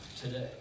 today